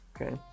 okay